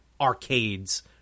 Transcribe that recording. arcades